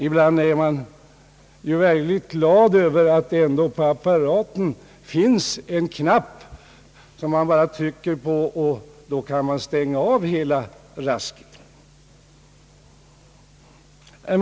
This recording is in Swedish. Ibland är man ju verkligt glad över att det på apparaten finns en knapp som man kan använda för att stänga av apparaten med.